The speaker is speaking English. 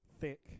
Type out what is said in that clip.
thick